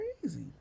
crazy